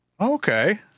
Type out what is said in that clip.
Okay